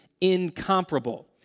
incomparable